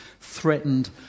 threatened